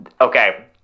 Okay